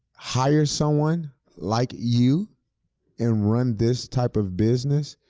hire someone like you and run this type of business,